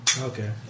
Okay